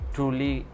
Truly